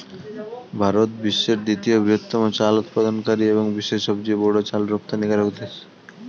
ভারত বিশ্বের দ্বিতীয় বৃহত্তম চাল উৎপাদনকারী এবং বিশ্বের সবচেয়ে বড় চাল রপ্তানিকারক দেশ